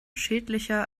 schädlicher